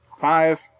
Five